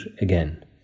again